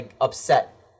upset